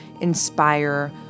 inspire